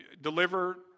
deliver